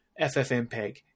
FFMPEG